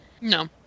No